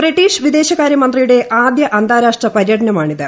British വിദേശ കാര്യമന്ത്രിയുടെ ആദ്യ അന്താരാഷ്ട്ര പര്യടനമാണിത്